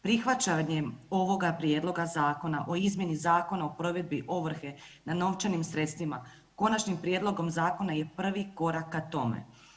Prihvaćanjem ovoga prijedloga zakona o izmjeni Zakona o provedbi ovrhe na novčanim sredstvima konačnim prijedlogom zakona je prvi korak ka tome.